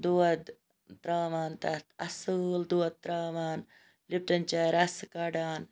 دۄد تراوان تَتھ اَصل دۄد تراوان لِپٹَن چاے رَسہٕ کَڈان